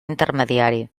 intermediari